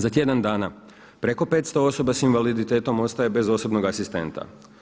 Za tjedan dana preko 500 osoba sa invaliditetom ostaje bez osobnog asistenta.